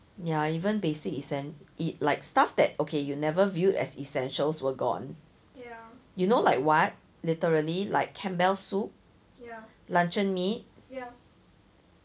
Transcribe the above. ya even basic essen~ like stuff that okay you never viewed as essentials were gone you know like what literally like Campbell soup luncheon meat